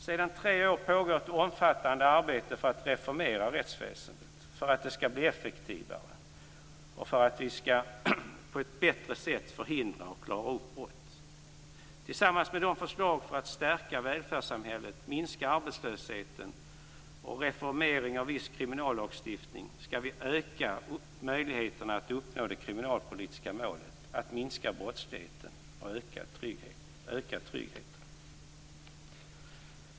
Sedan tre år pågår ett omfattande arbete med att reformera rättsväsendet för att det skall bli effektivare och för att vi på ett bättre sätt skall förhindra och klara upp brott. Genom förslag för att stärka välfärdssamhället, minska arbetslösheten och reformera viss kriminallagstiftning skall vi öka möjligheterna att uppnå de kriminalpolitiska målet att minska brottsligheten och öka tryggheten.